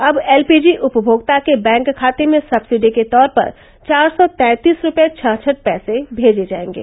अब एलपीजी उपमोक्ता के बैंक खातें में सब्सिडी के तौर पर चार सौ तैंतीस रुपये छाछठ पैसे भेजे जाएंगे